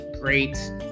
great